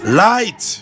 light